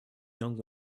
young